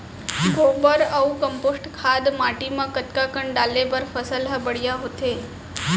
गोबर अऊ कम्पोस्ट खाद माटी म कतका कन डाले बर फसल ह बढ़िया होथे?